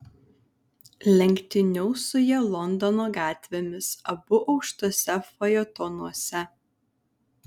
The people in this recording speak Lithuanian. lenktyniaus su ja londono gatvėmis abu aukštuose fajetonuose